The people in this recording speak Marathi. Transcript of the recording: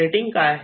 रेटिंग काय आहे